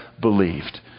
believed